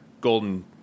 golden